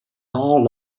all